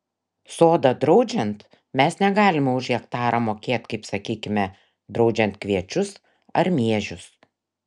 sodą draudžiant mes negalime už hektarą mokėt kaip sakykime draudžiant kviečius ar miežius